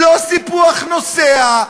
לא סיפוח נוסע,